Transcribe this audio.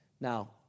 now